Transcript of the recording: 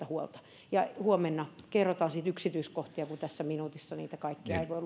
huolta huomenna kerrotaan siitä yksityiskohtia kun tässä minuutissa niitä kaikkia ei voi